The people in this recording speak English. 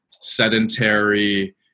sedentary